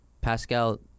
Pascal